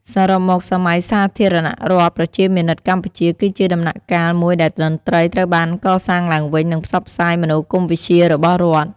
សរុបមក សម័យសាធារណរដ្ឋប្រជាមានិតកម្ពុជា គឺជាដំណាក់កាលមួយដែលតន្ត្រីត្រូវបានកសាងឡើងវិញ និងផ្សព្វផ្សាយមនោគមវិជ្ជារបស់រដ្ឋ។